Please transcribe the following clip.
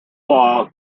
law